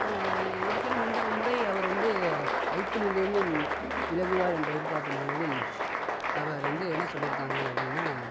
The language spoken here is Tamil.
இருப்பினும் இந்த முறை அவர் வந்து ஐபிஎல்லில் இருந்தும் விலகுவார் என்று எதிர்பாத்த நிலையில் அவர் வந்து என்ன சொல்லியிருக்காங்க அப்படின்னா